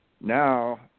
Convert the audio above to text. Now